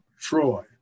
Troy